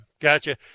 Gotcha